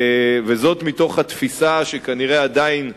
זאת מתוך התפיסה שכנראה עדיין,